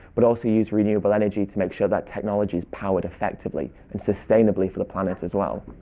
but also use renewable energy to make sure that technology is powered effectively and sustainably for the planet as well.